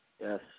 Yes